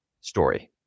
story